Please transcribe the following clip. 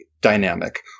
dynamic